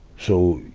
so,